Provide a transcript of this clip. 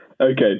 Okay